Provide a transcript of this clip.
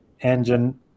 engine